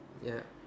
ya